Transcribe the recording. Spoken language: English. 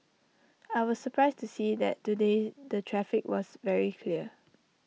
I was surprised to see that today the traffic was very clear